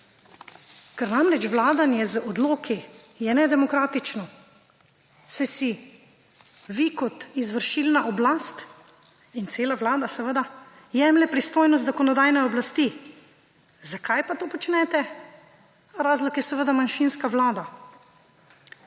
Ker namreč vladanje z odloki je nedemokratično, saj si vi kot izvršilna oblast in cela vlada seveda jemlje pristojnost zakonodajne oblasti. Zakaj pa to počnete? Razlog je seveda manjšinska vlada.